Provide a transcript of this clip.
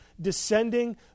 descending